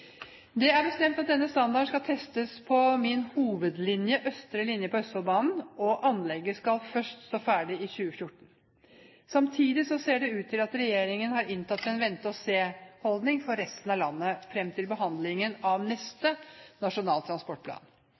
Det er bestemt at denne standarden skal testes ut på min hovedlinje, østre linje på Østfoldbanen, og anlegget skal først stå ferdig i 2014. Samtidig ser det ut til at regjeringen har inntatt en vente-og-se-holdning når det gjelder resten av landet, frem til behandlingen av neste Nasjonal transportplan.